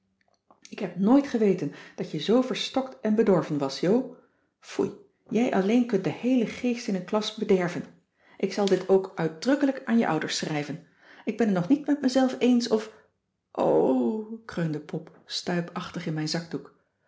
ik heb nooit geweten dat je zoo verstokt en bedorven was jo foei jij alleen kunt de heele geest in een klas bederven ik zal dit ook uitdrukkelijk aan je ouders cissy van marxveldt de h b s tijd van joop ter heul schrijven ik ben t nog niet met mezelf eens of o kreunde pop stuipachtig in mijn zakdoek